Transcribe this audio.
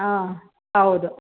ಹಾಂ ಹೌದು